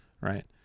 right